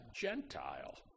Gentile